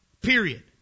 Period